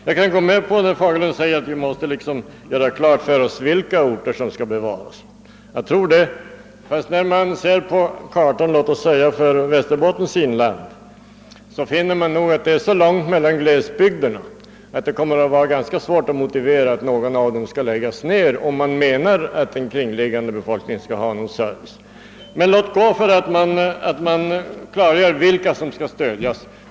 Jag kan hålla med herr Fagerlund när han säger att vi måste göra klart för oss vilka orter som skall bevaras, men ser man på kartan över exempelvis Västerbottens inland finner man att det är så långt mellan glesbygderna, att det kommer att vara ganska svårt att motivera att någon av dem skall läggas ned, om man menar att befolkningen i den kringliggande bygden skall få någon service. Men låt gå för att man klargör vilka områden som skall stödjas!